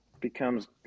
becomes